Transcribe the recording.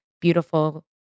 Beautiful